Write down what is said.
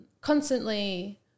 constantly